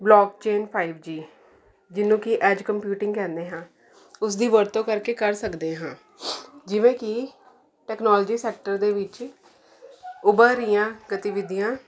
vlog chain five G ਜਿਹਨੂੰ ਕਿ edge computing ਕਹਿੰਦੇ ਹਾਂ ਉਸ ਦੀ ਵਰਤੋਂ ਕਰਕੇ ਕਰ ਸਕਦੇ ਹਾਂ ਜਿਵੇਂ ਕਿ ਟੈਕਨੋਲਜੀ ਸੈਕਟਰ ਦੇ ਵਿੱਚ ਉੱਭਰ ਰਹੀਆਂ ਗਤੀਵਿਧੀਆਂ